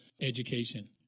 education